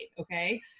Okay